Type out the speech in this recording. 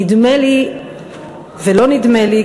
נדמה לי ולא נדמה לי,